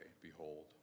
Behold